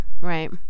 right